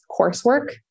coursework